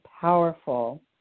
powerful